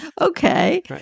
okay